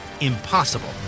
impossible